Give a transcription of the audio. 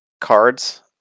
cards